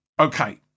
Okay